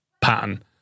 pattern